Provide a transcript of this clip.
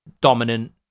dominant